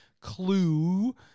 clue